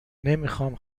نمیخام